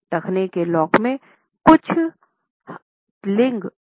टखने के लॉक में हम कुछ लिंग अंतर भी पाते हैं